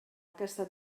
aquesta